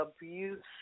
abuse